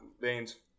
veins